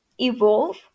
evolve